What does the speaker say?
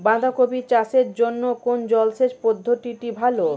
বাঁধাকপি চাষের জন্য কোন জলসেচ পদ্ধতিটি ভালো?